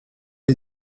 est